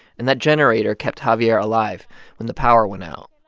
and that generator kept javier alive when the power went out.